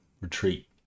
retreat